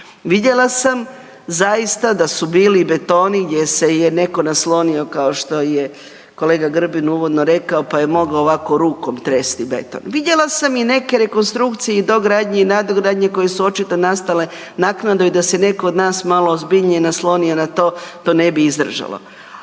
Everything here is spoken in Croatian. Vidjela sam zaista da su bili betoni gdje se je netko naslonio kao što je kolega Grbin uvodno rekao, pa je mogao ovako rukom tresti beton. Vidjela sam i neke rekonstrukcije i dogradnje i nadogradnje koje su očito nastale naknadno i da se netko od nas malo ozbiljnije naslonio na to, to ne bi izdržalo.